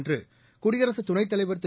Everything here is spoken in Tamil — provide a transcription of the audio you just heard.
என்றுகுடியரசுதுணைத் தலைவர் திரு